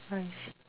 hi